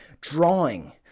drawing